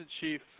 chief